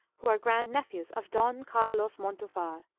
who are grand-nephews of don carlos montufar,